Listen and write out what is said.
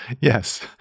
Yes